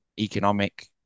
economic